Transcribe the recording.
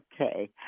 Okay